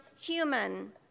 human